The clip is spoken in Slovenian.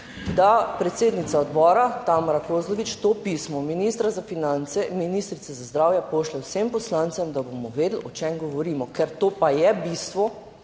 da predsednica odbora Tamara Kozlovič to pismo ministra za finance, ministrice za zdravje, pošlje vsem poslancem, da bomo vedeli o čem govorimo, ker to pa je bistvo,